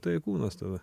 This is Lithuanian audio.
tai kūnas tada